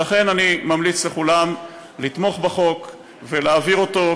ולכן אני ממליץ לכולם לתמוך בחוק ולהעביר אותו,